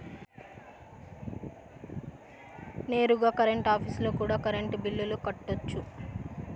నేరుగా కరెంట్ ఆఫీస్లో కూడా కరెంటు బిల్లులు కట్టొచ్చు